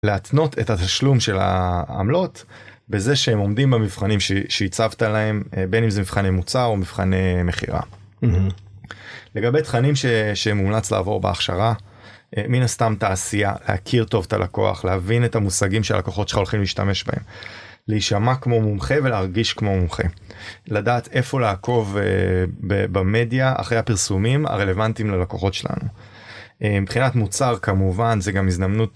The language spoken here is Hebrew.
להתנות את התשלום של העמלות בזה שהם עומדים במבחנים שהצבת להם בין אם זה מבחני מוצר או מבחני מכירה, לגבי תכנים שמומלץ לעבור בהכשרה. מן הסתם תעשייה להכיר טוב את הלקוח להבין את המושגים של הכוחות שהולכים להשתמש בהם, להישמע כמו מומחה ולהרגיש כמו מומחה, לדעת איפה לעקוב במדיה אחרי הפרסומים הרלוונטיים ללקוחות שלנו. מבחינת מוצר כמובן זה גם הזדמנות.